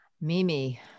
Mimi